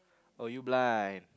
oh you blind